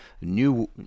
new